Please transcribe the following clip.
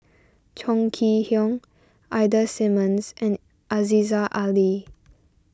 Chong Kee Hiong Ida Simmons and Aziza Ali